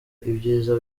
ibyiza